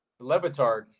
Levitard